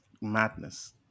madness